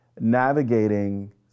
navigating